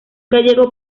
gallego